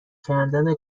کردن